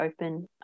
open